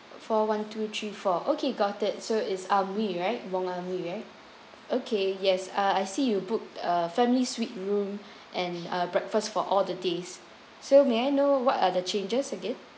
four one two three four okay got it so it's Ah Mui right Wong Ah Mui right okay yes uh I see you book a family suite room and uh breakfast for all the days so may I know what other changes again